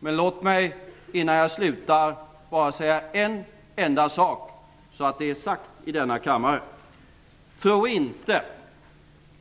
Men låt mig innan jag slutar säga en enda sak, så att det är sagt i denna kammare: Tro inte